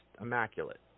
immaculate